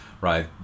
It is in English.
right